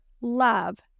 love